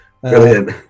Brilliant